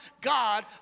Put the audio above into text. God